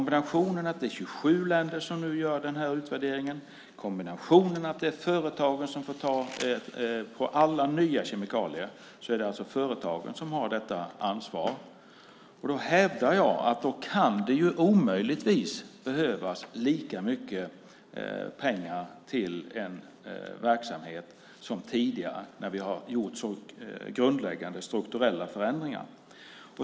Det är 27 länder som nu gör utvärderingen och det är företagen som har ansvar för alla nya kemikalier. Jag hävdar att det omöjligen kan behövas lika mycket pengar till en verksamhet som tidigare när vi har gjort sådana grundläggande strukturella förändringar.